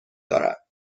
دارد